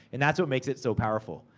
and that's what makes it so powerful.